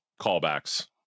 callbacks